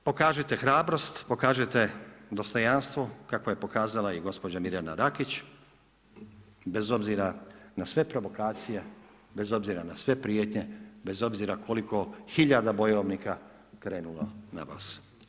Dakle pokažite hrabrost, pokažite dostojanstvo kako je pokazala i gospođa Mirjana Rakić bez obzira na sve provokacije, bez obzira na sve prijetnje, bez obzira koliko hiljada bojovnika krenulo na vas.